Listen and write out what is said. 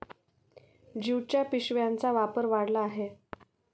ज्यूटच्या पिशव्यांचा वापर वाढला आहे